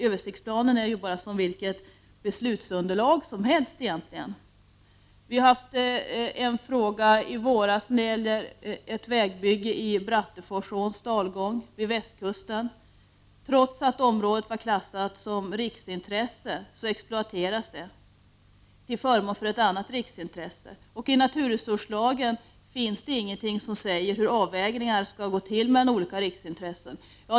Översiktsplanerna är egentligen bara som vilket beslutsunderlag som helst. Ett annat exempel är vägbygget i Bratteforsåns dalgång på västkusten. Trots att området har klassats som riksintresse exploaterades det till förmån för ett annat riksintresse. I naturresurslagen finns det ingenting som säger hur avvägningar mellan olika riksintressen skall gå till.